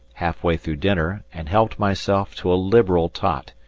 half-way through dinner, and helped myself to a liberal tot,